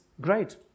great